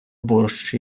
борщ